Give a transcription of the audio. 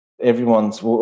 everyone's